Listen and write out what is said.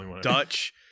Dutch